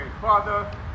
Father